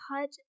cut